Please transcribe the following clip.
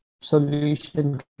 solution